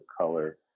color